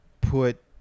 put